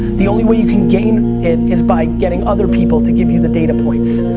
the only way you can gain it is by getting other people to give you the data points.